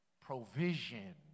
provision